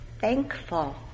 thankful